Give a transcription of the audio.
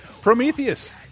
Prometheus